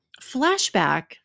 flashback